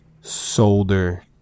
Solder